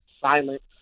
silence